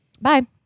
Bye